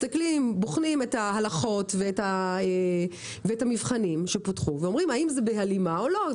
בוחנים את ההלכות ואת המבחנים שפותחו ואומרים האם זה בהלימה או לא.